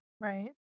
right